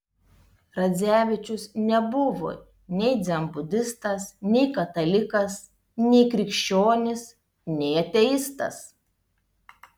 radzevičius nebuvo nei dzenbudistas nei katalikas nei krikščionis nei ateistas